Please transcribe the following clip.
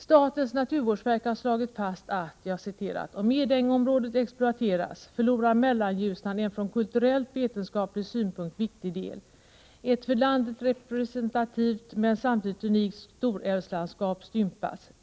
Statens naturvårdsverk har slagit fast: ”Om Edängeområdet exploateras förlorar Mellanljusnan en från kulturellt-vetenskaplig synpunkt viktig del. Ett för landet representativt men samtidigt unikt storälvslandskap stympas.